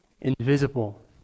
invisible